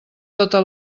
tota